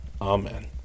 amen